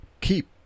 keep